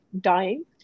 dying